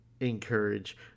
encourage